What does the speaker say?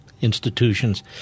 institutions